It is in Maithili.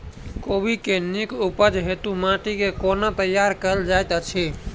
कोबी केँ नीक उपज हेतु माटि केँ कोना तैयार कएल जाइत अछि?